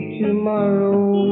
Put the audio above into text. tomorrow